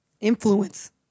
Influence